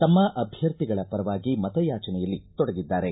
ತಮ್ಮ ಅಭ್ಯರ್ಥಿಗಳ ಪರವಾಗಿ ಮತಯಾಚನೆಯಲ್ಲಿ ತೊಡಗಿದ್ದಾರೆ